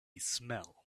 smell